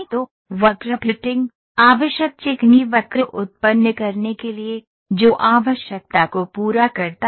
तो वक्र फिटिंग आवश्यक चिकनी वक्र उत्पन्न करने के लिए जो आवश्यकता को पूरा करता है